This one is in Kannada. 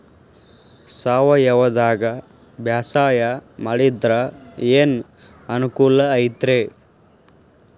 ಸಾವಯವದಾಗಾ ಬ್ಯಾಸಾಯಾ ಮಾಡಿದ್ರ ಏನ್ ಅನುಕೂಲ ಐತ್ರೇ?